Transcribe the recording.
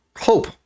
Hope